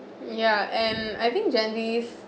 ya and I think genres